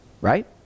right